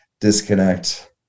disconnect